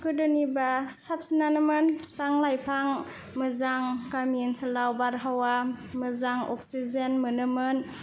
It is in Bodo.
गोदोनिबा साबसिनानोमोन बिफां लाइफां मोजां गामि ओनसोलाव बारहावा मोजां अक्सिजेन मोनोमोन